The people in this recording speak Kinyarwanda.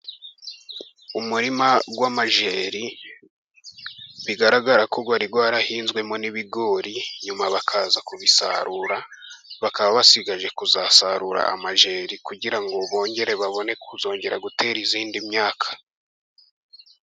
Umurima w'amajeri bigaragara ko wari warahinzwemo n'ibigori nyuma bakaza kubisarura, bakaba basigaje kuzasarura amajeri kugira ngo bongere babone kuzongera gutera indi myaka.